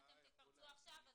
אם אתם תתפרצו עכשיו,